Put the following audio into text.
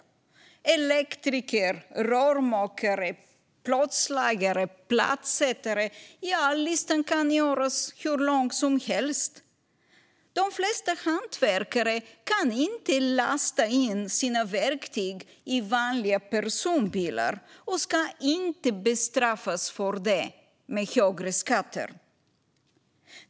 Elektriker, rörmokare, plåtslagare, plattsättare - ja, listan kan göras hur lång som helst. De flesta hantverkare kan inte lasta in sina verktyg i vanliga personbilar och ska inte bestraffas för detta med högre skatter.